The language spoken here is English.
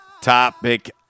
topic